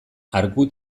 arku